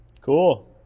cool